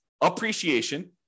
appreciation